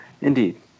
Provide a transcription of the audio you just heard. Indeed